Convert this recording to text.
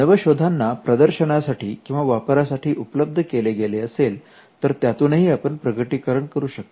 नवशोधाना प्रदर्शनासाठी किंवा वापरासाठी उपलब्ध केले गेले असेल तर त्यातूनही आपण प्रकटीकरण करू शकतो